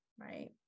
right